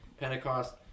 Pentecost